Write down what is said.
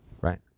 Right